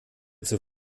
zur